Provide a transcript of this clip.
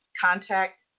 contact